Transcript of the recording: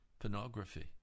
pornography